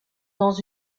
dans